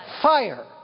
fire